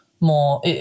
more